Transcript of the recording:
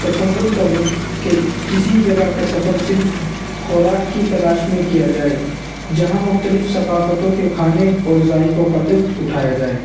تصور کریں کہ کسی جگہ کا سفر صرف خوراک کی تلاش میں کیا جائے جہاں مختلف ثقافتوں کے کھانے اور ذائقوں کا لطف اٹھایا جائے